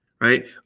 right